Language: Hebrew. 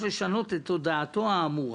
הממשלה "כי יש לשנות את הודעתו האמורה